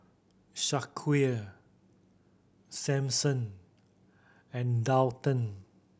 Shaquille Samson and Daulton